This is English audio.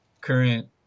current